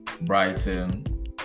Brighton